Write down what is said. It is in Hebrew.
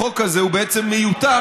החוק הזה הוא בעצם מיותר,